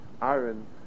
Iron